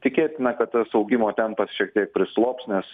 tikėtina kad tas augimo tempas šiek tiek prislops nes